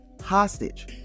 hostage